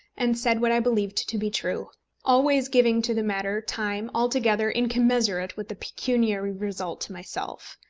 and said what i believed to be true always giving to the matter time altogether incommensurate with the pecuniary result to myself.